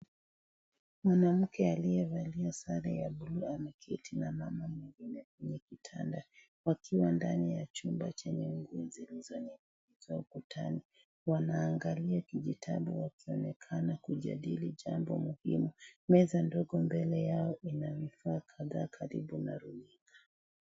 Mwanamke aliyevalia sare ya bluu ameketi na mama mwingine kwenye kitanda wakiwa ndani ya chumba chenye cheti kilichoandikwa ukutani. Wanaangalia kijitabu wakionekana kujadili jambo muhimu . Meza ndogo mbele yao ina vifaa kadhaa Karibu na runinga.